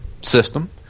system